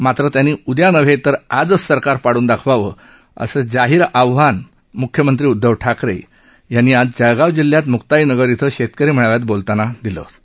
मात्र त्यांनी उदया नव्हे तर आजच सरकार पाडून दाखवावे असे जाहीर आव्हान म्ख्यमंत्री उदधव ठाकरे आज जळगाव जिल्ह्यात म्क्ताईनगर इथं शेतकरी मेळाव्यात बोलताना दिलं होतं